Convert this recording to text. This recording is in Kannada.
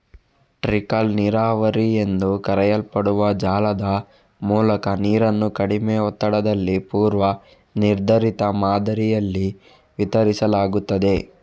ಟ್ರಿಕಲ್ ನೀರಾವರಿ ಎಂದು ಕರೆಯಲ್ಪಡುವ ಜಾಲದ ಮೂಲಕ ನೀರನ್ನು ಕಡಿಮೆ ಒತ್ತಡದಲ್ಲಿ ಪೂರ್ವ ನಿರ್ಧರಿತ ಮಾದರಿಯಲ್ಲಿ ವಿತರಿಸಲಾಗುತ್ತದೆ